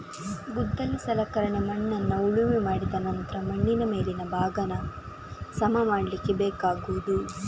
ಗುದ್ದಲಿ ಸಲಕರಣೆ ಮಣ್ಣನ್ನ ಉಳುಮೆ ಮಾಡಿದ ನಂತ್ರ ಮಣ್ಣಿನ ಮೇಲಿನ ಭಾಗಾನ ಸಮ ಮಾಡ್ಲಿಕ್ಕೆ ಬೇಕಾಗುದು